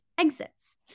exits